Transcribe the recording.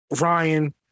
Ryan